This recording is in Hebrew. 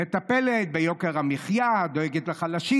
מטפלת ביוקר המחיה ודואגת לחלשים.